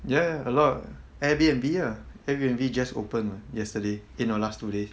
ya ya a lot airbnb ah airbnb just open know yesterday eh no last two days